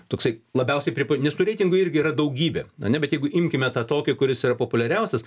toksai labiausiai pripa nes tų reitingų irgi yra daugybė ane bet jeigu imkime tą tokį kuris yra populiariausias